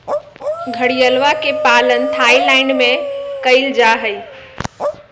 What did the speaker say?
घड़ियलवा के पालन थाईलैंड में कइल जाहई